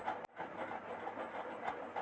దేశంలో పాల ఉత్పత్తి ఎంతో విరివిగా కొనసాగుతోంది